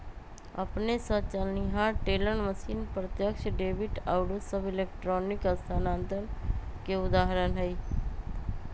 अपने स चलनिहार टेलर मशीन, प्रत्यक्ष डेबिट आउरो सभ इलेक्ट्रॉनिक स्थानान्तरण के उदाहरण हइ